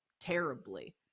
terribly